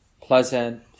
pleasant